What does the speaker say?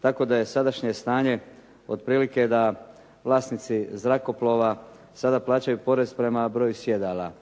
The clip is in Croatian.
tako da je sadašnje stanje otprilike da vlasnici zrakoplova sada plaćaju porez prema broju sjedala